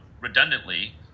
redundantly